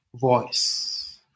voice